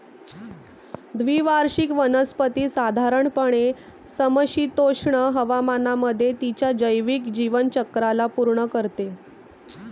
द्विवार्षिक वनस्पती साधारणपणे समशीतोष्ण हवामानामध्ये तिच्या जैविक जीवनचक्राला पूर्ण करते